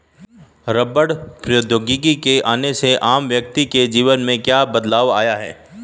रबड़ प्रौद्योगिकी के आने से आम व्यक्ति के जीवन में क्या बदलाव आया?